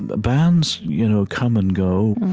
and bands you know come and go.